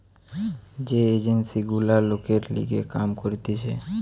যে এজেন্সি গুলা লোকের লিগে কাম করতিছে